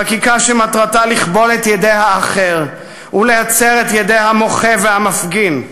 חקיקה שמטרתה לכבול את ידי האחר ולהצר את ידי המוחה והמפגין,